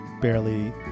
barely